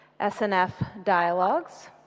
SNFdialogues